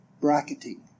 bracketing